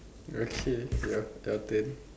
okay your your turn